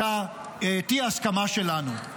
את האי-הסכמה שלנו.